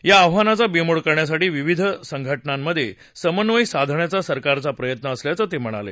या आव्हानाचा बिमोड करण्यासाठी विविध संघटनांमध्ये समन्वय साधण्याचा सरकारचा प्रयत्न असल्याचं ते म्हणाले